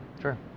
Sure